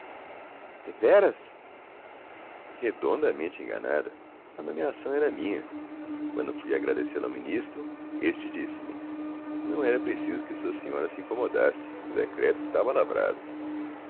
deveras redondamente enganada a nomeação era minha quando fui agradecê la ao ministro este disse-me não era preciso que sua senhora se incomodasse o decreto estava lavrado